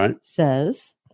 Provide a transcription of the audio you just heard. says